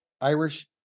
Irish